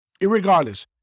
Irregardless